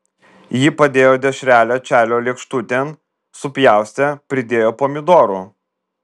ji padėjo dešrelę čarlio lėkštutėn supjaustė pridėjo pomidorų